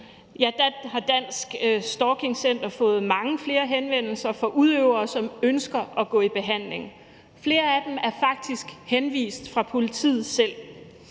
har Dansk Stalking Center fået mange flere henvendelse fra udøvere, som ønsker at gå i behandling. Flere af dem er faktisk henvist fra politiet selv.